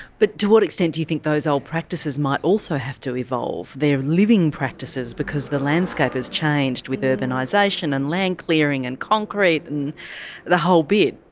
but to what extent do you think those old practices might also have to evolve? they are living practices because the landscape has changed with urbanisation and land clearing and concrete and the whole bit.